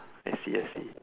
I see I see